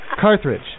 Carthage